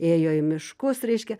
ėjo į miškus reiškia